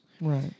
Right